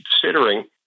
considering